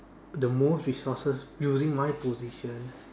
the most resources using my position